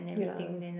ya